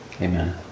Amen